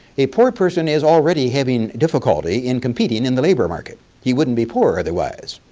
a poor person is already having difficulty in competing in the labor market. he wouldn't be poor otherwise.